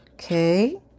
Okay